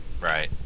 right